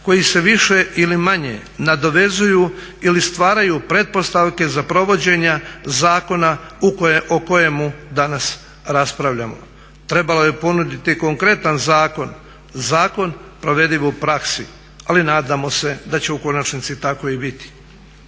koji se više ili manje nadovezuju ili stvaraju pretpostavke za provođenja zakona o kojemu danas raspravljamo. Trebalo je ponuditi konkretan zakon, zakon provediv u praksi. Ali nadamo se da će u konačnici tako i biti.